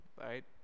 right